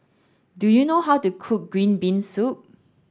do you know how to cook green bean soup